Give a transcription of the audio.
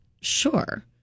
sure